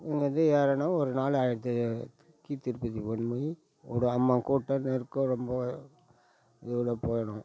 இங்கேயிருந்து ஏறணும் ஒரு நாள் ஆகிடுது கீழ் திருப்பதிக்கு வந்து ஒரு அம்மாங்கூட்டம் நெருக்கம் ரொம்ப இவ்வளோ பேரும்